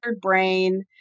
brain